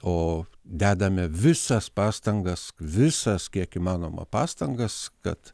o dedame visas pastangas visas kiek įmanoma pastangas kad